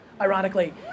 ironically